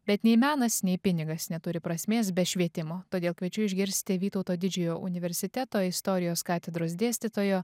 bet nei menas nei pinigas neturi prasmės be švietimo todėl kviečiu išgirsti vytauto didžiojo universiteto istorijos katedros dėstytojo